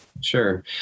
Sure